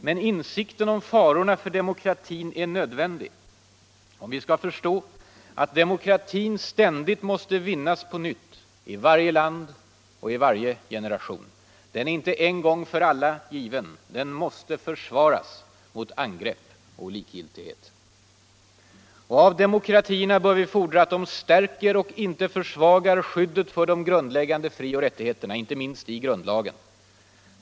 Men insikten om farorna för demokratin är nödvändig om vi skall förstå att demokratin ständigt måste vinnas på nytt i varje land och i varje generation. Den är inte en gång för alla given. Den måste försvaras mot angrepp och likgiltighet. Och av demokratierna bör vi fordra att de stärker och inte försvagar skyddet för de grundläggande fri och rättigheterna, t.ex. i grundlagen.